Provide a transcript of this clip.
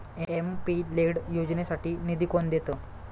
MP LAD योजनेसाठी निधी कोण देतं?